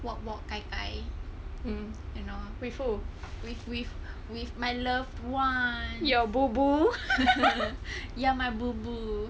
walk walk gai gai you know with with my loved one ya my boo boo